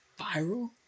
viral